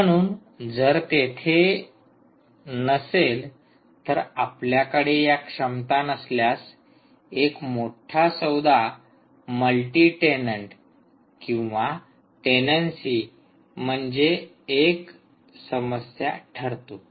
म्हणून जर ते तेथे नसेल तर आपल्याकडे या क्षमता नसल्यास एक मोठा सौदा मल्टी टेनंट किंवा टेनन्सी म्हणजे एक समस्या ठरतो